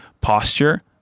posture